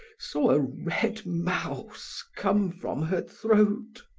saw a red mouse come from her throat.